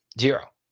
Zero